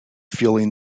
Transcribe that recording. feeling